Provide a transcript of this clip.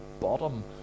bottom